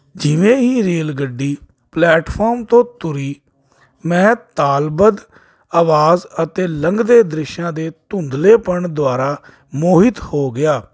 ਜਿਵੇਂ ਹੀ ਰੇਲ ਗੱਡੀ ਪਲੈਟਫਾਰਮ ਤੋਂ ਤੁਰੀ ਮੈਂ ਤਾਲਬੱਧ ਆਵਾਜ਼ ਅਤੇ ਲੰਘਦੇ ਦ੍ਰਿਸ਼ਾਂ ਦੇ ਧੁੰਦਲੇਪਣ ਦੁਆਰਾ ਮੋਹਿਤ ਹੋ ਗਿਆ